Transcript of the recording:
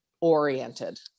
oriented